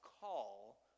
call